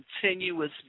continuous